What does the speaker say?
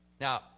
Now